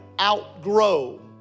outgrow